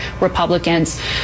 Republicans